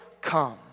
come